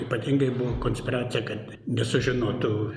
ypatingai buvo konspiracija kad nesužinotų